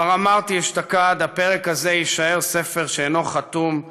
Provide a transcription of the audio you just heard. כבר אמרתי אשתקד: הפרק הזה יישאר ספר שאינו חתום,